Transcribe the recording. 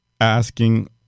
asking